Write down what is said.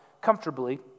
comfortably